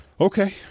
Okay